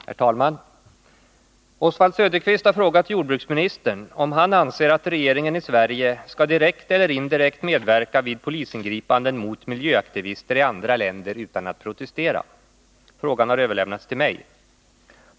Herr talman! Oswald Söderqvist har frågat jordbruksministern om han anser att regeringen i Sverige skall direkt eller indirekt medverka vid polisingripanden mot miljöaktivister i andra länder utan att protestera. 137 mot miljöaktivister i andra länder Frågan har överlämnats till mig.